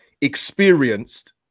experienced